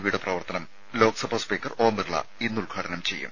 വിയുടെ പ്രവർത്തനം ലോക്സഭാ സ്പീക്കർ ഓം ബിർള ഇന്ന് ഉദ്ഘാടനം ചെയ്യും